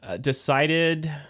decided